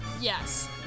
Yes